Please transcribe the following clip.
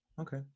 Okay